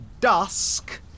Dusk